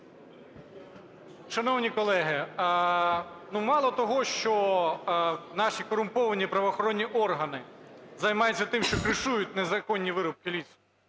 Шановні колеги, ну, мало того, що наші корумповані правоохоронні органи займаються тим, що кришують незаконні вирубки лісу.